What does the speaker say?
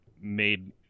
made